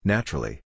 Naturally